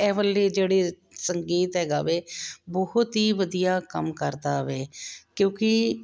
ਇਹ ਵਾਲਾ ਜਿਹੜਾ ਸੰਗੀਤ ਹੈਗਾ ਵੇ ਬਹੁਤ ਹੀ ਵਧੀਆ ਕੰਮ ਕਰਦਾ ਵੇ ਕਿਉਂਕਿ